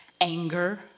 anger